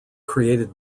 created